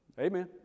Amen